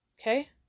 okay